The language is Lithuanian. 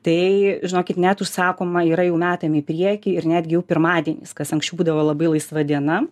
tai žinokit net užsakoma yra jau metam į priekį ir netgi jau pirmadieniais kas anksčiau būdavo labai laisva diena